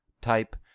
type